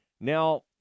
Now